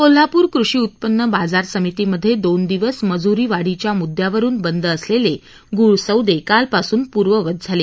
कोल्हापूर कृषी उत्पन्न बाजार समितीमध्ये दोन दिवस मजुरी वाढीच्या मुद्द्यावरून बंद असलेले गूळ सौदे कालपासून पूर्ववत झाले